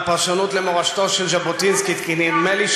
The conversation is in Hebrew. בבקשה, אדוני.